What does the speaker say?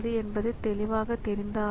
எனவே இது பஃபர் ஆகும்